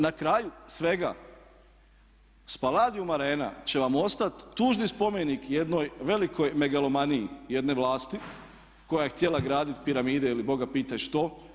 Na kraju svega Spaladium arena će vam ostati tužni spomenik jednoj velikoj megalomaniji jedne vlasti koja je htjela gradit piramide ili boga pitaj što.